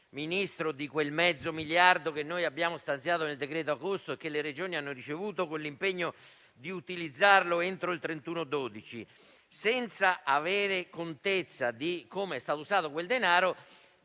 Ministro, di quel mezzo miliardo che abbiamo stanziato nel decreto-legge agosto e che le Regioni hanno ricevuto con l'impegno di utilizzarlo entro il 31 dicembre? Senza avere contezza di come è stato usato quel denaro,